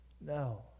No